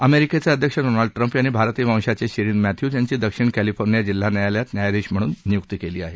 अमेरिकेचे अध्यक्ष Donald Trump यांनी भारतीय वंशाचे शिरीन मॅथ्यूज यांची दक्षिण कॅलिफोर्निया जिल्हा न्यायालयात न्यायाधीश म्हणून नियुक्ती केली आहे